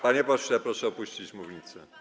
Panie pośle, proszę opuścić mównicę.